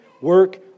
work